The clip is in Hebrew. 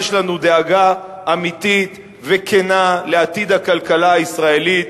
יש לנו דאגה אמיתית וכנה לעתיד הכלכלה הישראלית,